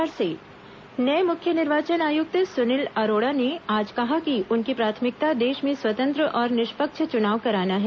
निर्वाचन आयुक्त पदभार नये मुख्य निर्वाचन आयुक्त सुनील अरोड़ा ने आज कहा कि उनकी प्राथमिकता देश में स्वतंत्र और निष्पक्ष चुनाव कराना है